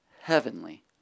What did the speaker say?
heavenly